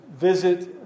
visit